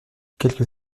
quelques